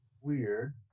Weird